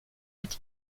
mit